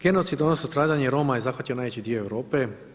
Genocid odnosno stradanje Roma je zahvatio najveći dio Europe.